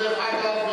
דרך אגב,